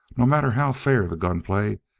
no matter how fair the gunplay,